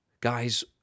Guys